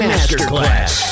Masterclass